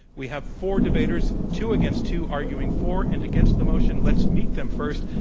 we have four debaters, two against two, arguing for and against the motion. let's meet them first,